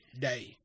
Day